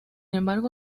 embargo